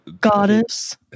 Goddess